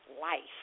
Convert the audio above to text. life